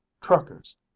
truckers